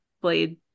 blade